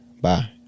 Bye